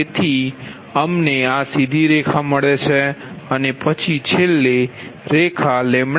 તેથી અમને આ સીધી રેખા મળે છે અને પછી છેલ્લી રેખા 0